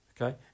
Okay